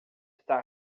estar